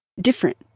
different